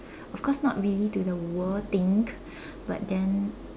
of course not really to the world thing but then